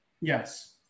yes